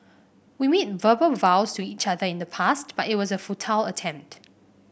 we made verbal vows to each other in the past but it was a futile attempt